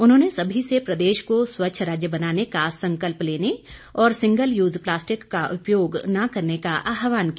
उन्होंने सभी प्रदेश को स्वच्छ राज्य बनाने का संकल्प लेने और सिंगल यूज प्लास्टिक का उपयोग न करने का आह्वान किया